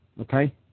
okay